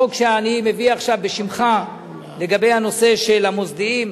החוק שאני מביא עכשיו בשמך לגבי הנושא של המוסדיים,